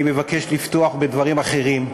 אני מבקש לפתוח בדברים אחרים.